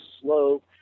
slow